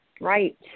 Right